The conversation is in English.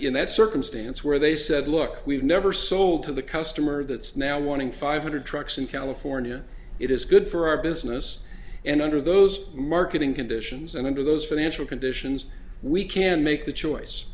in that circumstance where they said look we've never sold to the customer that's now warning five hundred trucks in california it is good for our business and under those marketing conditions and under those financial conditions we can make the choice